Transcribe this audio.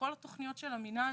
מכל התכניות של המנהל